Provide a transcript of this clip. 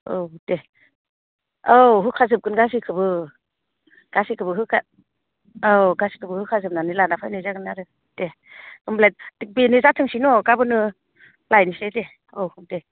औ दे औ होखाजोबगोन गासैखौबो गासैखौबो होखा औ गासैखौबो होखाजोबनानै लाना फैनाय जागोन आरो दे होनबालाय बेनो जाथोंसै न' गाबोननो लायनोसै दे औ दे